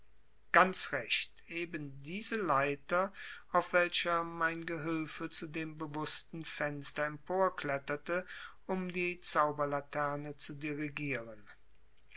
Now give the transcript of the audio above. ganz recht eben diese leiter auf welcher mein gehülfe zu dem bewußten fenster emporkletterte um die zauberlaterne zu dirigieren